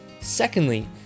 Secondly